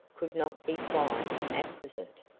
could not be quite acquiescent.